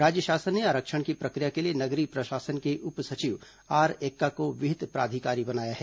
राज्य शासन ने आरक्षण की प्रक्रिया के लिए नगरीय प्रशासन के उप सचिव आर एक्का को विहित प्राधिकारी बनाया है